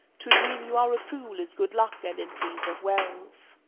to dream you are a fool is good luck and increase of wealth.